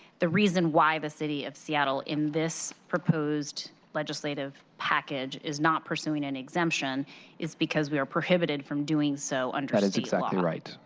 the reason why the city of seattle in this proposed legislative package is not pursuing and exemption is because we are prohibited from doing so. and that is exactly right.